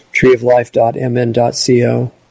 treeoflife.mn.co